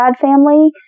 family